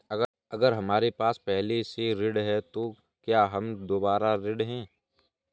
अगर हमारे पास पहले से ऋण है तो क्या हम दोबारा ऋण हैं?